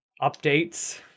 updates